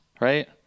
right